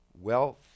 Wealth